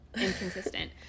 inconsistent